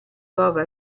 prova